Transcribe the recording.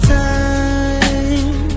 time